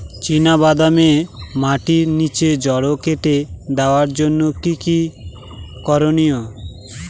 চিনা বাদামে মাটির নিচে জড় কেটে দেওয়ার জন্য কি কী করনীয়?